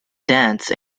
dance